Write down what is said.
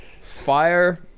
fire